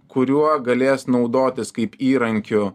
kuriuo galės naudotis kaip įrankiu